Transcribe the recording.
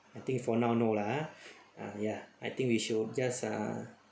I think for now no lah ha ah ya I think we should just uh